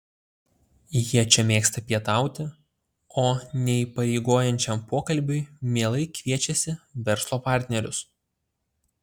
jie čia mėgsta pietauti o neįpareigojančiam pokalbiui mielai kviečiasi verslo partnerius